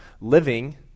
Living